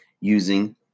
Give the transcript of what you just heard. using